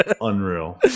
unreal